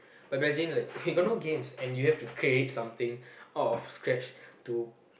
like imagine like okay you have no games and you have to create something out of scratch to